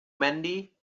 mandy